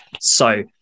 So-